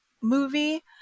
movie